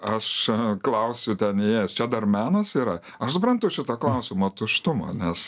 aš klausiu ten įėjęs čia dar menas yra aš suprantu šito klausimo tuštumą nes